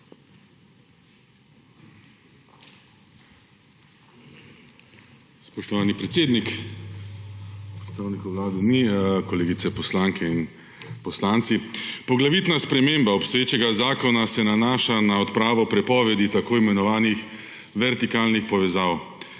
Spoštovani predsednik! Predstavnikov Vlade ni. Kolegice poslanke in poslanci! Poglavitna sprememba obstoječega zakona se nanaša na odpravo prepovedi tako imenovanih vertikalnih povezav.